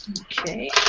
Okay